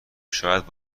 شاید